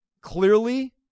clearly